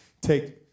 Take